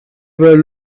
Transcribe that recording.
were